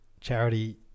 charity